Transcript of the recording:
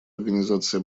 организации